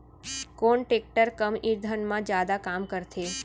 कोन टेकटर कम ईंधन मा जादा काम करथे?